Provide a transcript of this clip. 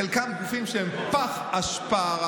חלקם גופים שהם פח אשפה,